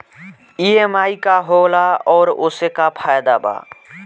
EMI का होला और ओसे का फायदा बा?